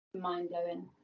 mind-blowing